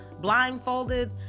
blindfolded